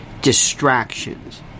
distractions